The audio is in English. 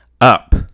up